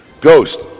Ghost